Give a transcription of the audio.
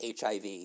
HIV